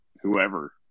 whoever